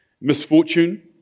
Misfortune